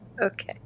Okay